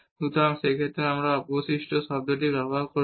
সুতরাং সেই ক্ষেত্রে আমরা অবশিষ্ট শব্দটি সরাসরি ব্যবহার করব